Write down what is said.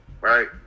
Right